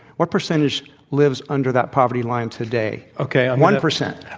what percentage lives under that poverty line today? okay. one percent.